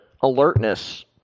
alertness